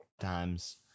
times